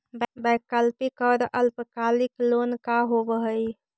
वैकल्पिक और अल्पकालिक लोन का होव हइ?